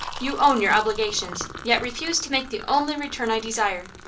you own your obligations, yet refuse to make the only return i desire.